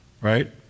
Right